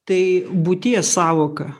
tai būties sąvoka